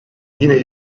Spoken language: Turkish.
yine